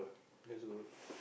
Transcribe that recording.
that's good